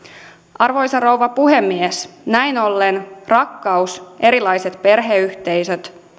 arvoisa rouva puhemies näin ollen rakkaus erilaiset perheyhteisöt